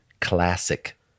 classic